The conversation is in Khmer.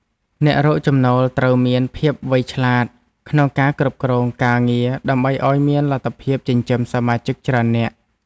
អ្នករកចំណូលត្រូវមានភាពវៃឆ្លាតក្នុងការគ្រប់គ្រងការងារដើម្បីឱ្យមានលទ្ធភាពចិញ្ចឹមសមាជិកច្រើននាក់។